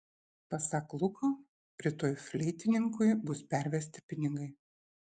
pasak luko rytoj fleitininkui bus pervesti pinigai